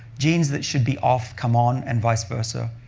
genes that should be off come on and vice versa,